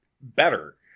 better